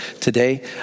today